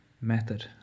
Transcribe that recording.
method